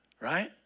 right